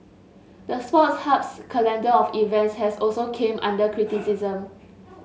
the Sports Hub's calendar of events has also came under criticism